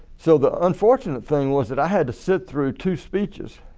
so the unfortunate thing was that i had to sit through two speeches